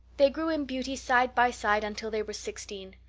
they grew in beauty side by side until they were sixteen.